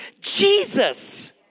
Jesus